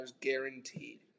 guaranteed